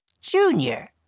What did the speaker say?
Junior